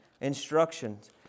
instructions